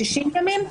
שזה 60 ימים.